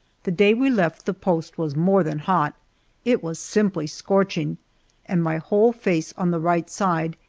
the day we left the post was more than hot it was simply scorching and my whole face on the right side,